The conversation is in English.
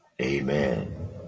Amen